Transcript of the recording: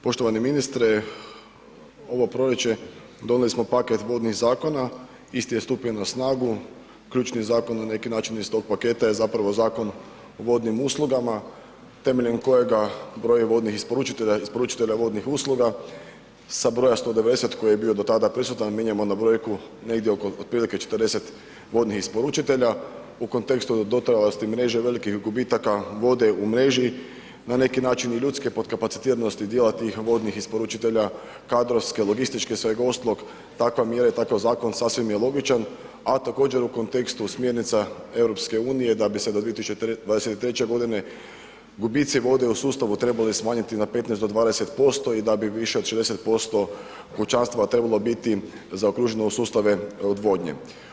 Poštovani ministre ovo proljeće donijeli smo paket vodnih zakona, isti je stupio na snagu, ključni zakon na neki način iz tog paketa je zapravo Zakon o vodnim uslugama temeljem kojega broj vodnih isporučitelja, isporučitelja vodnih usluga sa broj 190 koji je bio do tada prisutan mijenjamo na brojku negdje oko otprilike 40 vodnih isporučitelja u kontekstu dotrajalosti mreže i velikih gubitaka vode u mreži na neki način i ljudske potkapacitiranosti dijela tih vodnih isporučitelja, kadrovske, logističke …/nerazumljivo/… takve mjere i takav zakon sasvim je logičan, a također u kontekstu smjernica EU da bi se do 2023. godine gubici vode u sustavu trebali smanjiti na 15 do 20% i da bi više od 60% kućanstava trebalo biti zaokruženo u sustave odvodnje.